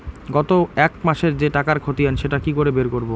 গত এক মাসের যে টাকার খতিয়ান সেটা কি করে বের করব?